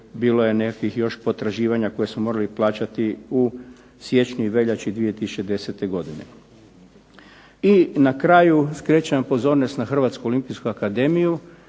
Bilo je nekakvih još potraživanja koje smo morali plaćati u siječnju i veljači 2010. godine. I na kraju skrećem vam pozornost na Hrvatsku olimpijsku akademiju.